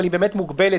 אבל היא באמת מוגבלת,